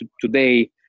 today